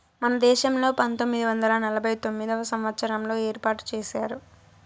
మన దేశంలో పంతొమ్మిది వందల నలభై తొమ్మిదవ సంవచ్చారంలో ఏర్పాటు చేశారు